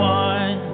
one